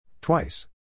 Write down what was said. Twice